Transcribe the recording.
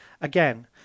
again